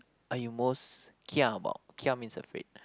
are you most kia about kia means afraid